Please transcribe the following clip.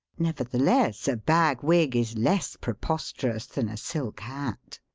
nevertheless a bag-wig is less preposterous than a silk hat.